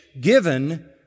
given